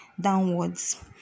downwards